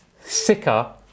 sicker